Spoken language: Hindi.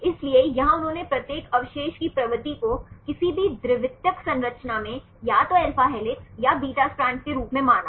इसलिए यहां उन्होंने प्रत्येक अवशेष की प्रवृत्ति को किसी भी द्वितीयक संरचना में या तो अल्फा हेलिक्स या बीटा स्ट्रैंड के रूप में माना